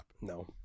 no